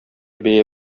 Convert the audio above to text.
бәя